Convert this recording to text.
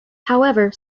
however